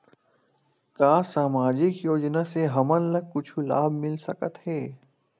का सामाजिक योजना से हमन ला कुछु लाभ मिल सकत हे?